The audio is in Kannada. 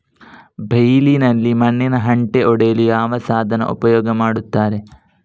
ಬೈಲಿನಲ್ಲಿ ಮಣ್ಣಿನ ಹೆಂಟೆ ಒಡೆಯಲು ಯಾವ ಸಾಧನ ಉಪಯೋಗ ಮಾಡುತ್ತಾರೆ?